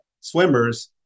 swimmers